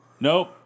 Nope